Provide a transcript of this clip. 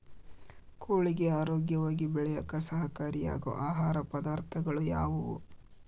ಕೋಳಿಗೆ ಆರೋಗ್ಯವಾಗಿ ಬೆಳೆಯಾಕ ಸಹಕಾರಿಯಾಗೋ ಆಹಾರ ಪದಾರ್ಥಗಳು ಯಾವುವು?